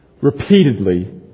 repeatedly